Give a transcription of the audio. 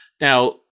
Now